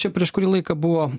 čia prieš kurį laiką buvo